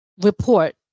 Report